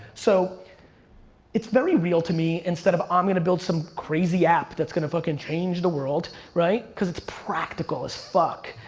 so it's very real to me, instead of i'm um gonna build some crazy app that's gonna fucking change the world, right. cause it's practical as fuck.